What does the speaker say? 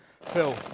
Phil